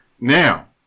Now